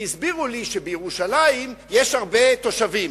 הסבירו לי שבירושלים יש הרבה תושבים,